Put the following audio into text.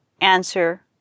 answer